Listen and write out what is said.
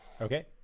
okay